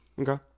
Okay